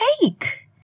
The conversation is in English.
cake